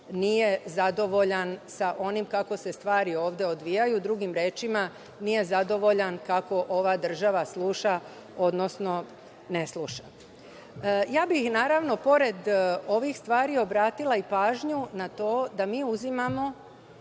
nije zadovoljan sa onim kako se stvari ovde odvijaju, drugim rečima, nije zadovoljan kako ova država sluša, odnosno ne sluša. Naravno, pored ovih stvari, obratila bih pažnju i na to da mi uzimamo